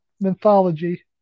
mythology